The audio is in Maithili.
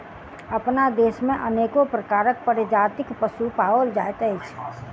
अपना देश मे अनेको प्रकारक प्रजातिक पशु पाओल जाइत अछि